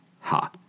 ha